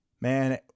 man